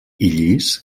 llis